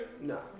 No